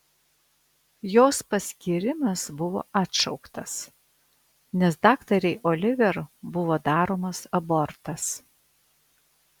jos paskyrimas buvo atšauktas nes daktarei oliver buvo daromas abortas